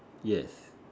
yes